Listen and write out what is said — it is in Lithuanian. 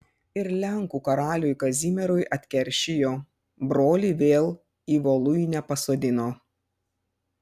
ir lenkų karaliui kazimierui atkeršijo brolį vėl į voluinę pasodino